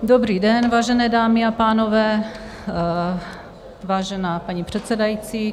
Dobrý den, vážené dámy a pánové, vážená paní předsedající.